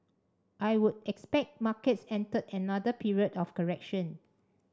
I would expect markets entered another period of correction